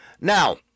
Now